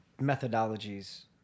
methodologies